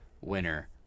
winner